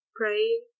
praying